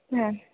ആഹ്